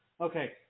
Okay